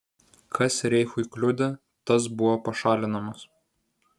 kas reichui kliudė tas buvo pašalinamas